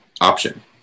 option